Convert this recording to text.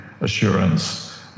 assurance